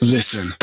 Listen